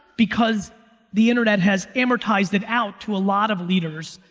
because the internet has amortized it out to a lot of leaders.